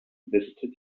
visited